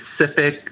specific